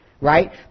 Right